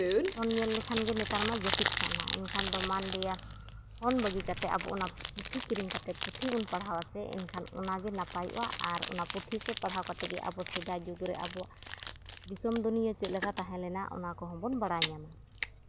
phone ᱧᱮᱞ ᱞᱮᱠᱷᱟᱱ ᱜᱮ ᱱᱮᱛᱟᱨ ᱢᱟ ᱡᱟᱹᱯᱤᱫ ᱥᱟᱜᱼᱱᱟ ᱮᱱᱠᱷᱟᱱ ᱫᱚ ᱢᱟᱱᱞᱮᱭᱟ ᱯᱷᱳᱱ ᱵᱟᱹᱜᱤ ᱠᱟᱛᱮᱫ ᱟᱵᱚ ᱚᱱᱟ ᱯᱩᱛᱷᱤ ᱠᱤᱨᱤᱧ ᱠᱟᱛᱮᱫ ᱯᱩᱛᱷᱤ ᱵᱚᱱ ᱯᱟᱲᱦᱟᱣᱟ ᱥᱮ ᱮᱱᱠᱷᱟᱱ ᱚᱱᱟᱜᱮ ᱱᱟᱯᱟᱭᱚᱜᱼᱟ ᱟᱨ ᱚᱱᱟ ᱯᱩᱛᱷᱤ ᱠᱚ ᱯᱟᱲᱦᱟᱣ ᱠᱟᱛᱮᱫ ᱜᱮ ᱟᱵᱚ ᱥᱮᱫᱟᱭ ᱡᱩᱜᱽ ᱨᱮ ᱟᱵᱚ ᱫᱤᱥᱚᱢ ᱫᱩᱱᱤᱭᱟᱹ ᱪᱮᱫᱞᱮᱠᱟ ᱛᱟᱦᱮᱸᱞᱮᱱᱟ ᱚᱱᱟ ᱠᱚᱦᱚᱸᱵᱚᱱ ᱵᱟᱲᱟᱭ ᱧᱟᱢᱟ